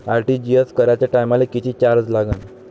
RTGS कराच्या टायमाले किती चार्ज लागन?